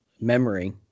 memory